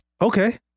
Okay